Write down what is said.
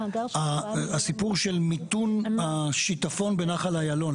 הסיפור של מיתון השטפון בנחל איילון,